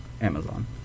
Amazon